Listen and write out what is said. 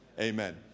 Amen